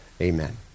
Amen